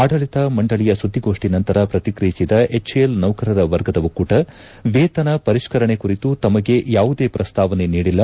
ಆಡಳಿತ ಮಂಡಳಿಯ ಸುದ್ದಿಗೋಷ್ಠಿ ನಂತರ ಪ್ರತಿಕ್ರಿಯಿಸಿರುವ ಪೆಚ್ಎಎಲ್ ನೌಕರರ ವರ್ಗದ ಒಕ್ಕೂಟ ವೇತನ ಪರಿಷ್ಕರಣೆ ಕುರಿತು ತಮಗೆ ಯಾವುದೇ ಪ್ರಸ್ತಾವನೆ ನೀಡಿಲ್ಲ